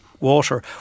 water